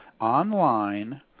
online